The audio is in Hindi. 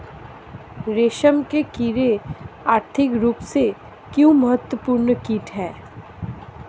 रेशम के कीड़े आर्थिक रूप से क्यों महत्वपूर्ण कीट हैं?